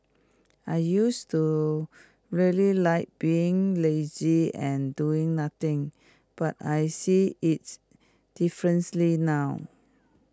I used to really like being lazy and doing nothing but I see its differently now